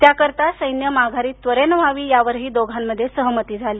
त्याकरता सैन्य माघारी त्वरेनं व्हावी यावरही दोघांमध्ये सहमती झाली